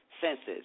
senses